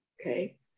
Okay